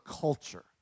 culture